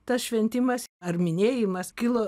tas šventimas ar minėjimas kilo